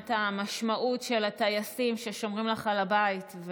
את המשמעות של הטייסים ששומרים לך על הבית.